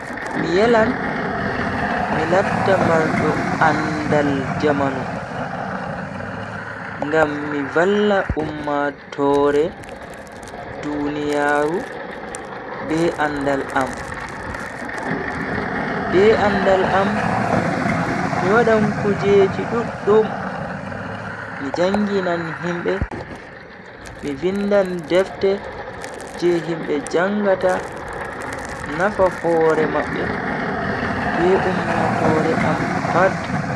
Mi yelan mi latta mardo andaal jamanu ngam mi valla ummatooore duniyaaru be andal am. Be andal am mi wadan kujeji duddum, mi janginan himbe, mi vindan defte je himbe jangata nafa hore mabbe be ummatoore am pat.